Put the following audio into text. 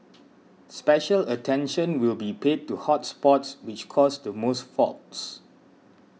special attention will be paid to hot spots which cause the most faults